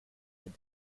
but